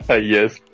Yes